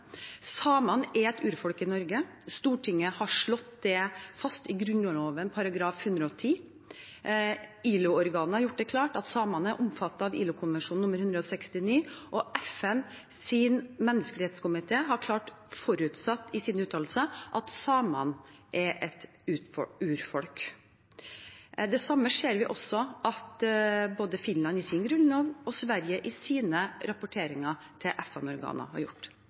Samene er et urfolk i Norge. Stortinget har slått det fast i Grunnloven § 108. ILO-organet har gjort det klart at samene er omfattet av ILO-konvensjon nr. 169, og FNs menneskerettighetskomité har klart forutsatt i sine uttalelser at samene er et urfolk. Det samme ser vi også at både Finland i sin grunnlov og Sverige i sine rapporteringer til FN-organer har gjort.